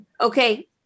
Okay